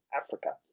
Africa